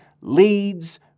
leads